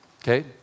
Okay